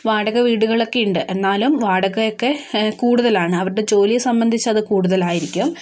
വാടക വീടുകൾ ഒക്കെ ഉണ്ട് എന്നാലും വാടക ഒക്കെ കൂടുതൽ ആണ് അവരുടെ ജോലിയെ സംബന്ധിച്ച അത് കൂടുതൽ ആയിരിക്കും